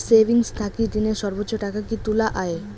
Savings থাকি দিনে সর্বোচ্চ টাকা কি তুলা য়ায়?